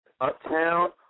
uptown